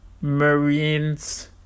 Marines